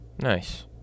Nice